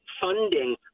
funding